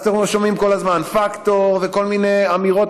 אז אתם שומעים כל הזמן פקטור וכל מיני אמירות